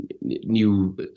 new